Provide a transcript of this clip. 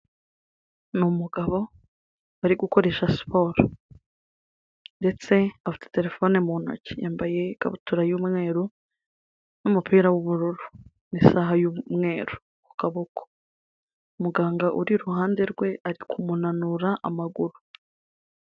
Ni umugabo uri gukoresha siporo ndetse afite telefone mu ntoki, yambaye ikabutura y'umweru n'umupira w'ubururu n'isaha y'umweru ku kaboko. Muganga uri iruhande rwe ari kumunanura amaguru.